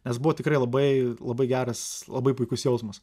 nes buvo tikrai labai labai geras labai puikus jausmas